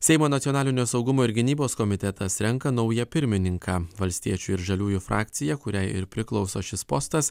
seimo nacionalinio saugumo ir gynybos komitetas renka naują pirmininką valstiečių ir žaliųjų frakcija kuriai ir priklauso šis postas